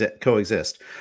coexist